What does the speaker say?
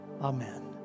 Amen